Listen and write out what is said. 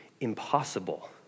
impossible